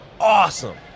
awesome